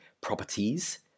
properties